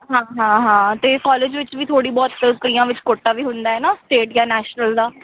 ਹਾਂ ਹਾਂ ਹਾਂ ਅਤੇ ਕੋਲਜ ਵਿੱਚ ਥੋੜ੍ਹੀ ਬਹੁਤ ਕਈਆਂ ਵਿੱਚ ਕੋਟਾ ਵੀ ਹੁੰਦਾ ਹੈ ਨਾ ਸਟੇਟ ਜਾਂ ਨੈਸ਼ਨਲ ਦਾ